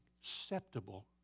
acceptable